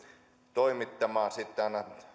toimittamaan sitten aina